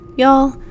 Y'all